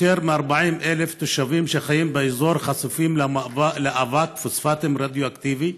יותר מ-40,000 תושבים שחיים באזור חשופים לאבק פוספטים רדיואקטיבי,